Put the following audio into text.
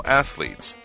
athletes